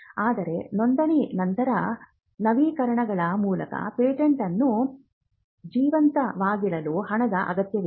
ಆದರೆ ನೋಂದಣಿ ನಂತರ ನವೀಕರಣಗಳ ಮೂಲಕ ಪೇಟೆಂಟ್ ಅನ್ನು ಜೀವಂತವಾಗಿಡಲು ಹಣದ ಅಗತ್ಯವಿದೆ